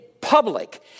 public